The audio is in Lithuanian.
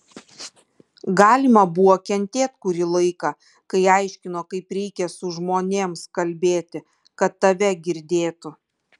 galima buvo kentėt kurį laiką kai aiškino kaip reikia su žmonėms kalbėti kad tave girdėtų